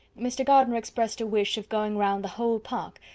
mr. gardiner expressed a wish of going round the whole park,